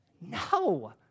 No